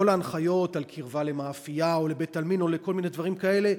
כל ההנחיות על קרבה למאפייה או לבית-עלמין או כל מיני דברים כאלה,